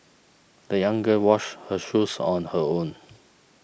the young girl washed her shoes on her own